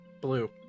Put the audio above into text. Blue